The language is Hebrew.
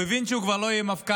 הוא הבין שהוא כבר לא יהיה מפכ"ל-על,